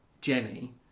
Jenny